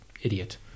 idiot